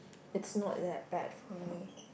it's not that bad for me